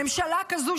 ממשלה כזאת,